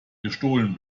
gestohlen